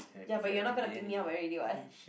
ya but you're not gonna pick me up already [what]